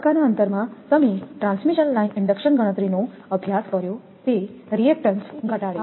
તબક્કાના અંતરમાં તમે ટ્રાન્સમિશન લાઇન ઇન્ડક્ટન્સ ગણતરીઓનો અભ્યાસ કર્યો તે રીએક્ટન્સ ઘટાડે છે